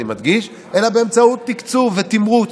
אני מדגיש, אלא באמצעות תקצוב ותמרוץ.